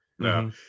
no